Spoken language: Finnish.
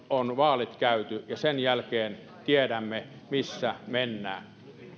on vaalit käyty sen jälkeen tiedämme missä mennään